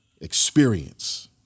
experience